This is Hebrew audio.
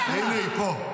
תגיד אתה --- הינה, היא פה.